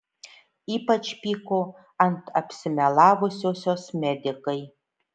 ypač pyko ant apsimelavusiosios medikai